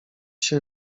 się